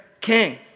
king